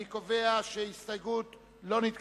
אני קובע שהסתייגות זאת, גם היא לא נתקבלה.